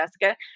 Jessica